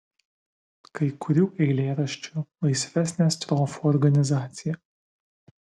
kai kurių eilėraščių laisvesnė strofų organizacija